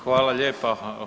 Hvala lijepa.